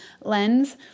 lens